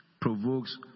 provokes